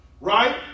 Right